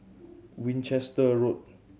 Winchester Road